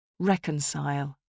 Reconcile